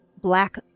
black